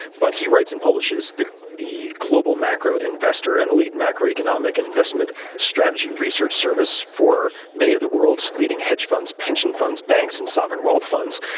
but he writes and publishes the the global macro investor, an and elite macroeconomic and investment strategy research service for many of the world's leading hedge funds, pension funds, banks, and sovereign wealth funds.